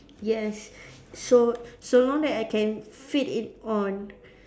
yes so so long that I can feed it on